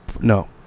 no